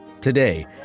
Today